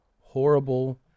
Horrible